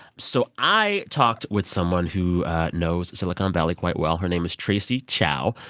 so i talked with someone who knows silicon valley quite well. her name is tracy chou.